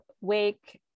wake